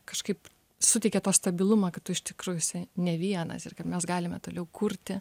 kažkaip suteikė tą stabilumą kad tu iš tikrųjų esi ne vienas ir kad mes galime toliau kurti